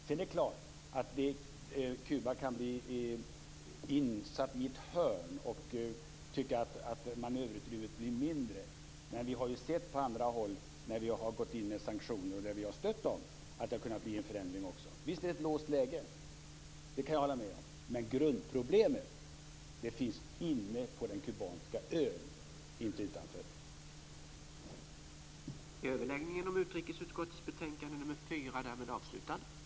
Sedan är det klart att Kuba kan ha blivit insatt i ett hörn och tycka att manöverutrymmet blir mindre. Vi har dock på andra håll där vi har stött sanktioner kunnat se att det blivit förändringar. Jag kan hålla med om att det är ett låst läge, men grundproblemet finns på den kubanska ön, inte utanför den.